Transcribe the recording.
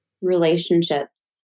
Relationships